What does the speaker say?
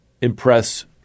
impress